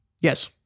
Yes